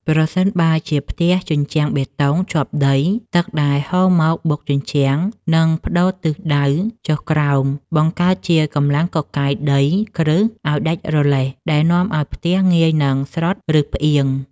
ប្រសិនបើជាផ្ទះជញ្ជាំងបេតុងជាប់ដី ទឹកដែលហូរមកបុកជញ្ជាំងនឹងប្តូរទិសដៅចុះក្រោម បង្កើតជាកម្លាំងកកាយដីគ្រឹះឱ្យដាច់រលះ ដែលនាំឱ្យផ្ទះងាយនឹងស្រុត ឬផ្អៀង។